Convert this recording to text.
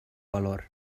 valor